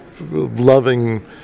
loving